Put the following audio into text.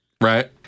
Right